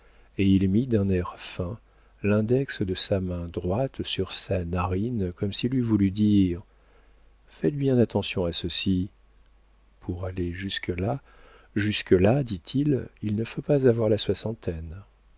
et il mit d'un air fin l'index de sa main droite sur sa narine comme s'il eût voulu dire faites bien attention à ceci pour aller jusque-là dit-il il ne faut pas avoir la soixantaine